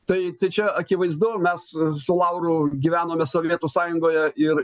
tai tai čia akivaizdu mes su lauru gyvenome sovietų sąjungoje ir